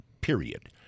period